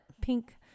Pink